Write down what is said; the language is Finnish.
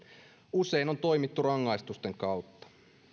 usein on toimittu rangaistusten kautta